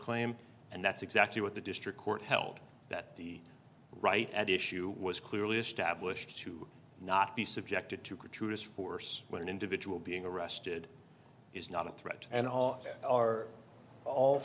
claim and that's exactly what the district court held that the right at issue was clearly established to not be subjected to katrina's force when an individual being arrested is not a threat and all are all